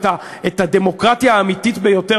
את הדמוקרטיה האמיתית ביותר,